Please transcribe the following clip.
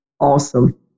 awesome